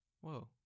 Whoa